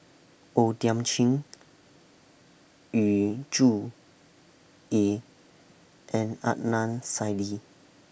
O Thiam Chin Yu Zhuye and Adnan Saidi